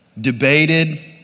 debated